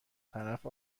طرف